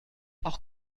auch